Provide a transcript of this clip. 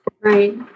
Right